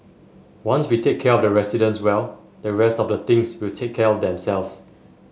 once we take care of the residents well the rest of the things will take care of themselves